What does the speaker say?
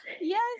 yes